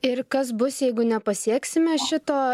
ir kas bus jeigu nepasieksime šito